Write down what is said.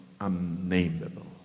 unnameable